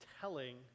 telling